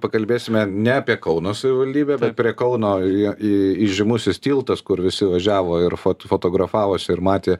pakalbėsime ne apie kauno savivaldybę bet prie kauno į į įžymusis tiltas kur visi važiavo ir fot fotografavosi ir matė